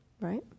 right